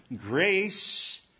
grace